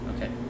Okay